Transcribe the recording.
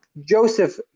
Joseph